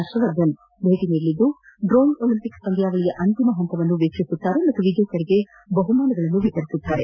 ಹರ್ಷವರ್ಧನ್ ಭೇಟಿ ನೀಡಲಿದ್ದು drone Olympics ಪಂದ್ಯಾವಳಿಯ ಅಂತಿಮ ಹಂತವನ್ನು ವೀಕ್ಷಿಸಲಿದ್ದಾರೆ ಹಾಗೂ ವಿಜೇತರಿಗೆ ಬಹುಮಾನಗಳನ್ನು ವಿತರಿಸಲಿದ್ದಾರೆ